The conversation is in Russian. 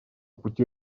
пути